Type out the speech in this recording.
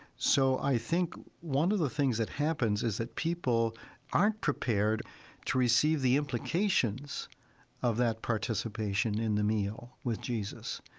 so i think one of the things that happens is that people aren't prepared to receive the implications of that participation in the meal with jesus.